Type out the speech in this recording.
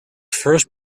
first